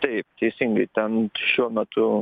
taip teisingai ten šiuo metu